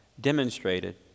demonstrated